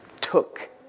took